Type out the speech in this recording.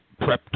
prepped